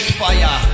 fire